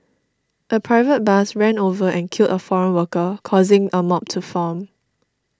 a private bus ran over and killed a foreign worker causing a mob to form